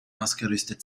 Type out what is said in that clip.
ausgerüstet